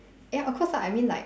ya of course ah I mean like